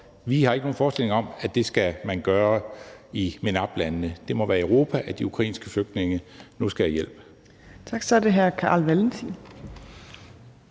Vi har ikke nogen forestilling om, at det skal man gøre i MENAP-landene. Det må være i Europa, at de ukrainske flygtninge nu skal have hjælp.